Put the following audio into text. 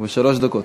שלוש דקות.